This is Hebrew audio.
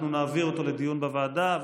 אנחנו נעביר אותו לדיון בוועדה.